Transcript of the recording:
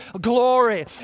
glory